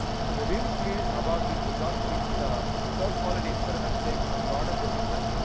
so we're really pleased about these results. these ah search quality experiments take a lot of discipline.